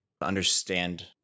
understand